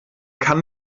kann